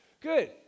Good